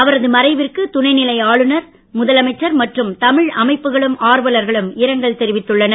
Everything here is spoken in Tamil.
அவரது மறைவிற்கு துணைநிலை ஆளுனர் முதலமைச்சர் மற்றும் தமிழ் அமைப்புகளும் ஆர்வலர்களும் இரங்கல் தெரிவித்துள்ளனர்